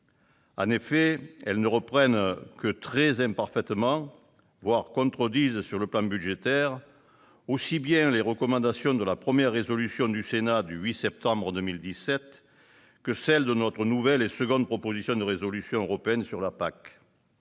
En effet, elles ne reprennent que très imparfaitement, voire contredisent sur le plan budgétaire, aussi bien les recommandations de la première résolution du Sénat du 8 septembre 2017 que celles de notre nouvelle- et seconde -proposition de résolution européenne sur la PAC.